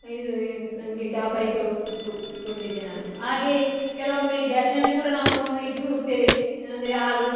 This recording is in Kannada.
ನಮಗೆ ಗಾಬರಿ ಗೊಂಡಿದೆ ನಾನು ಹಾಗೇ ಕೆಲವೊಮ್ಮೆ ಗ್ಯಾಸಿನಲ್ಲಿ ಕೂಡ ನಾವು ಒಂದು ಇಟ್ಟು ಹೋಗ್ತೇವೆ ಅಂದರೆ ಹಾಲು